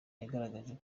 yagaragaje